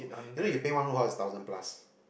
you know you paint one whole house is thousand plus